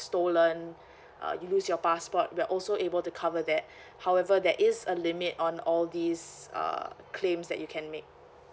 stolen uh you lose your passport we are also able to cover that however there is a limit on all these err claims that you can make